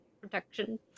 protection